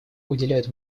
уделяют